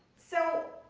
so,